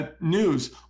news